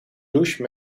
douche